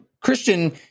Christian